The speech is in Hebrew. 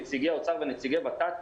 נציגי האוצר ונציגי ות"ת,